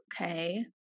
Okay